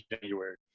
January